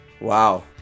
Wow